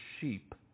sheep